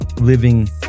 living